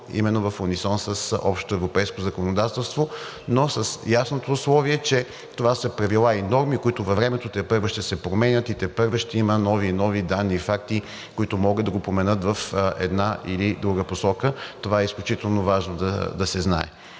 именно в унисон с общоевропейското законодателство, но с ясното условие, че това са правила и норми, които във времето тепърва ще се променят и тепърва ще има нови и нови данни и факти, които могат да го променят в една или друга посока. Това е изключително важно да се знае.